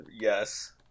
Yes